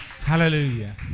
Hallelujah